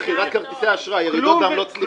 מכירת כרטיסי אשראי, ירידות בעמלות כניסה.